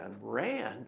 ran